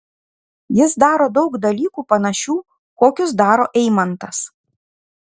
jis daro daug dalykų panašių kokius daro eimantas